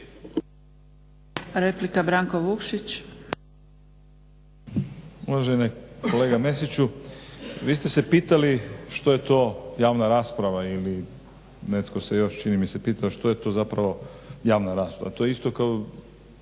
Replika Branko Vukšić.